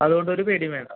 അതുകൊണ്ട് ഒരു പേടിയും വേണ്ട